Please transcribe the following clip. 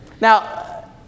Now